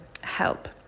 help